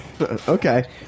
Okay